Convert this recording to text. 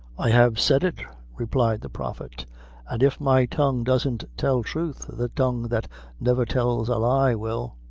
i have said it, replied the prophet an' if my tongue doesn't tell truth, the tongue that never tells a lie will.